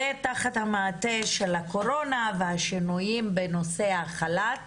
תחת המעטה של הקורונה והשינויים בנושא החל"ת